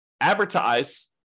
advertise